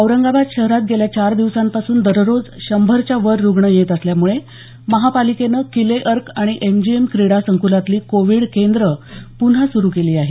औरंगाबाद शहरात गेल्या चार दिवसांपासून दररोज शंभरच्या वर रुग्ण येत असल्यामुळे महापालिकेनं किलेअर्क आणि एमजीएम क्रीडासंक्लातली कोविड केंद्रं पुन्हा सुरू केली आहेत